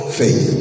faith